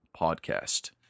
podcast